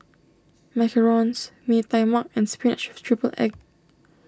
Macarons Mee Tai Mak and Spinach with Triple Egg